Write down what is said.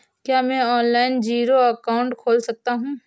क्या मैं online zero account खोल सकता हूँ?